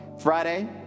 Friday